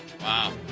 Wow